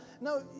No